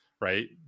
right